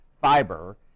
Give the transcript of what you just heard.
fiber